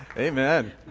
Amen